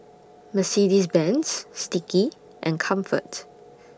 Mercedes Benz Sticky and Comfort